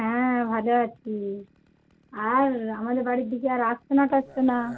হ্যাঁ ভালো আছি আর আমাদের বাড়ির দিকে আর আসছো না টাসছো না